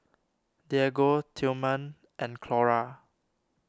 Diego Tillman and Clora